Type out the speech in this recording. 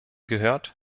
gehört